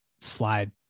slide